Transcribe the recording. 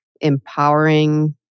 empowering